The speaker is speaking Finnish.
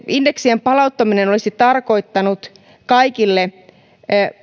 indeksien palauttaminen olisi tarkoittanut kaikille